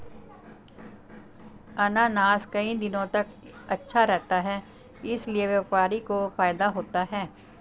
अनानास कई दिनों तक अच्छा रहता है इसीलिए व्यापारी को फायदा होता है